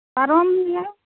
ᱯᱟᱨᱚᱢ ᱜᱮᱭᱟᱭ